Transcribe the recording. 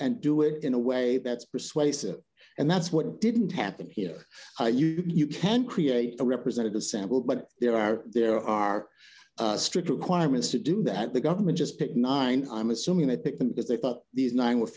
and do it in a way that's persuasive and that's what didn't happen here you can create a representative sample but there are there are strict requirements to do that the government has picked nine i'm assuming they picked them because they thought these nine w